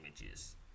images